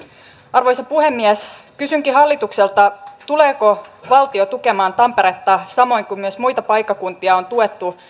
arvoisa puhemies kysynkin hallitukselta tuleeko valtio tukemaan tamperetta samoin kuin muita paikkakuntia on tuettu